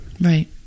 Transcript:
Right